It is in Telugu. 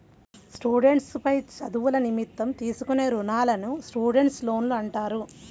స్టూడెంట్స్ పై చదువుల నిమిత్తం తీసుకునే రుణాలను స్టూడెంట్స్ లోన్లు అంటారు